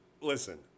listen